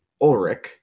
Ulrich